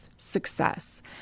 success